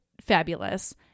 fabulous